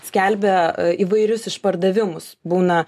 skelbia įvairius išpardavimus būna